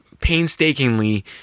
painstakingly